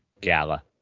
gala